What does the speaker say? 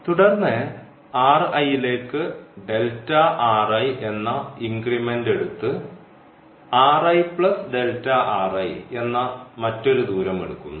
തുടർന്ന് ലേക്ക് എന്ന ഇൻഗ്രിമെൻറ് എടുത്തു എന്ന മറ്റൊരു ദൂരം എടുക്കുന്നു